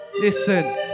Listen